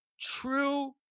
true